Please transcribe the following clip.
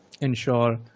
ensure